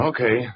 Okay